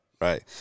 right